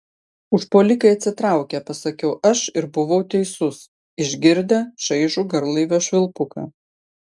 užpuolikai atsitraukė pasakiau aš ir buvau teisus išgirdę šaižų garlaivio švilpuką